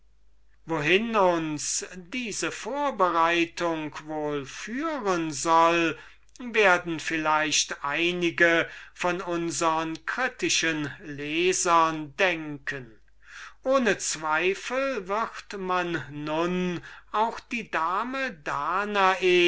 wohin uns diese vorbereitung wohl führen soll werden vielleicht einige von unsern scharfsinnigen lesern denken ohne zweifel wird man uns nun auch die dame danae